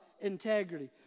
integrity